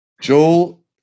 Joel